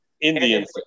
Indians